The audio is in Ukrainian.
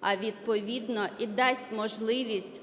а відповідно і дасть можливість